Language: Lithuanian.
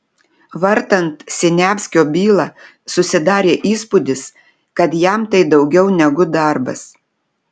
vartant siniavskio bylą susidarė įspūdis kad jam tai daugiau negu darbas